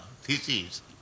thesis